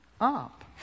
up